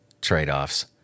trade-offs